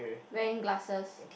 wearing glasses